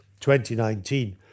2019